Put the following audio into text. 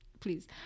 Please